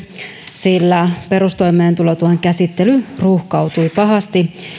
sillä perustoimeentulotuen käsittely ruuhkautui pahasti